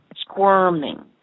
squirming